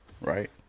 right